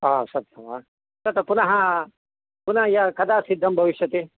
ओह् सत्यं वा तत् पुनः पुनः य कदा सिद्धं भविष्यति